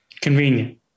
convenient